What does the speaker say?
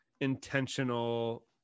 intentional